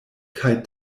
kaj